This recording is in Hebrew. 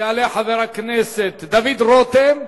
יעלה חבר הכנסת דוד רותם,